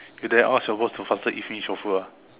you dare to ask your boss to faster eat finish your food ah